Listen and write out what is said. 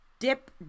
Dip